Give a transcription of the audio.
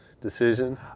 decision